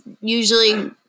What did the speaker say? usually